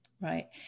Right